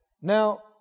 Now